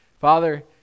Father